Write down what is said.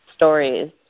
stories